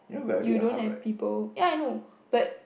you don't have people ya I know but